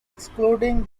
excluding